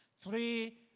Three